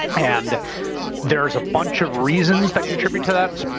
and there's a bunch of reasons that contribute to that.